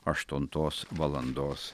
aštuntos valandos